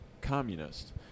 communist